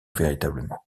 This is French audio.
véritablement